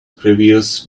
previous